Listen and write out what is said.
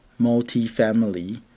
Multifamily